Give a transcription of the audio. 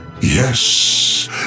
Yes